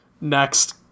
Next